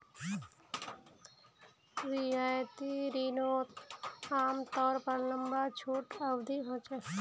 रियायती रिनोत आमतौर पर लंबा छुट अवधी होचे